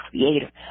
Creator